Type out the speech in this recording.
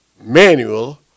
manual